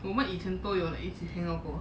what you ya ya we we're all about like definitely